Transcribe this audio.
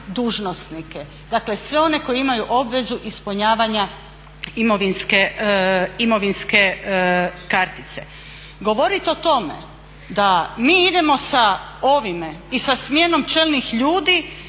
dužnosnike, dakle sve one koji imaju obvezu ispunjavanja imovinske kartice. Govorit o tome da mi idemo sa ovime i sa smjenom čelnih ljudi